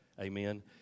Amen